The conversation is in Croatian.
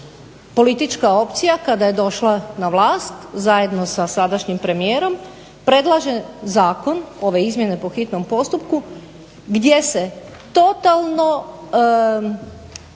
politička opcija kada je došla na vlast zajedno sa sadašnjim premijerom predlaže zakon, ove izmjene po hitnom postupku gdje se totalno